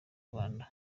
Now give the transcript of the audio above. rwandan